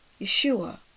yeshua